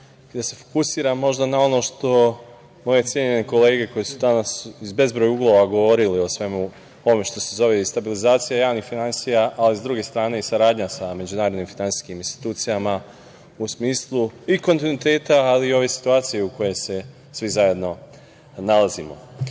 da se fokusiram možda na ono što možda moje cenjene kolege koje su danas iz bezbroj uglova govorile o svemu ovome što se zove stabilizacija javnih finansija, ali sa druge strane i saradnja sa međunarodnim finansijskim institucijama u smislu i kontinuiteta, ali i situacije u kojoj se svi zajedno nalazimo. Ono